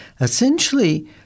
essentially